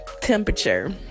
temperature